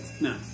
No